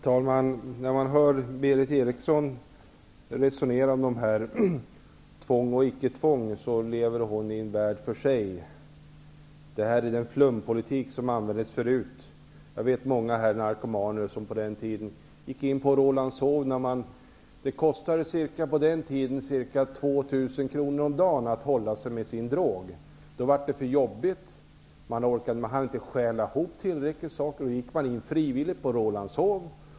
Herr talman! När man hör Berith Eriksson resonera om tvång och icke tvång inser man att hon lever i en värld för sig. Detta är den flumpolitik som man hade förut. Jag vet att det var många narkomaner som på den tiden gick in på Rålambshov när kostnaden för missbruket var ca 2 000 kr om dagen. Då vart det för jobbigt att stjäla ihop tillräckligt mycket för att hålla sig med sin drog, och man gick frivilligt in på Rålambshov.